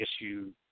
issue